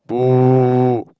boo